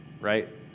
Right